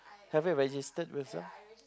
have you registered with her